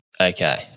Okay